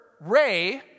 ray